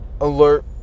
alert